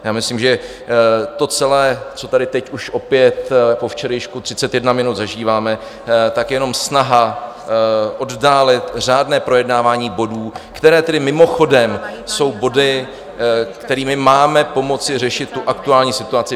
Já myslím, že to celé, co tady teď už opět po včerejšku 31 minut zažíváme, je jenom snaha oddálit řádné projednávání bodů, které tedy mimochodem jsou body, kterými máme pomoci řešit tu aktuální situaci.